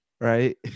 Right